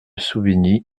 souvigny